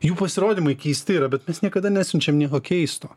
jų pasirodymai keisti yra bet mes niekada nesiunčiame nieko keisto